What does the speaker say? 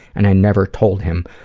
and i never told him,